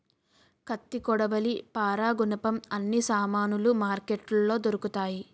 కత్తి కొడవలి పారా గునపం అన్ని సామానులు మార్కెట్లో దొరుకుతాయి